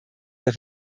der